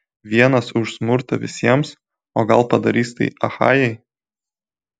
vienas už smurtą visiems o gal padarys tai achajai